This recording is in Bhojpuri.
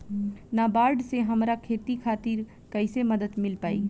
नाबार्ड से हमरा खेती खातिर कैसे मदद मिल पायी?